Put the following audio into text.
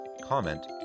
comment